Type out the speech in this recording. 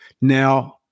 Now